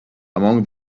among